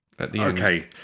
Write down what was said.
Okay